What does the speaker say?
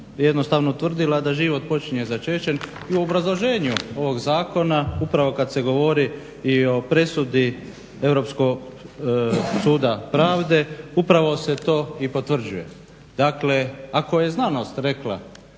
jednostavno utvrdila da život počinje začećem i u obrazloženju ovog zakona upravo kad se govori i o presudi Europskog suda pravde upravo se to i potvrđuje. Dakle ako je znanost rekla